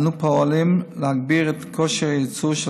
אנו פועלים להגביר את כושר הייצור של